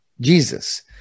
Jesus